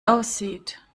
aussieht